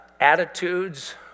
attitudes